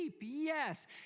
yes